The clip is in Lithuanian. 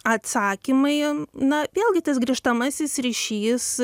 atsakymai na vėlgi tas grįžtamasis ryšys